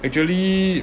actually